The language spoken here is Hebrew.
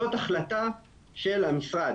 זאת החלטה של המשרד.